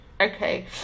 Okay